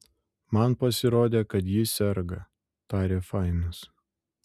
man pasirodė kad ji serga tarė fainas